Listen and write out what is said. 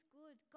good